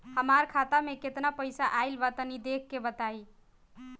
हमार खाता मे केतना पईसा आइल बा तनि देख के बतईब?